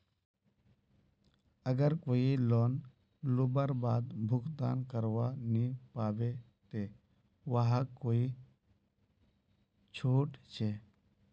अगर कोई लोन लुबार बाद भुगतान करवा नी पाबे ते वहाक कोई छुट छे?